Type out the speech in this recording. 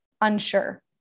unsure